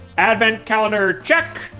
advent calendar. check!